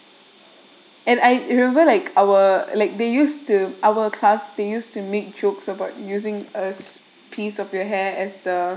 and I remember like our like they used to our class they used to make jokes about using a piece of your hair as the